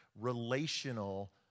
relational